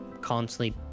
constantly